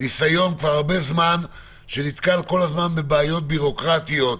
ניסיון כבר הרבה זמן שנתקל כל הזמן בבעיות בירוקרטיות.